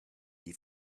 gli